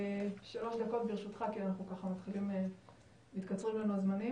שלוש דקות ברשותך כי התקצרו לנו הזמנים